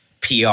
PR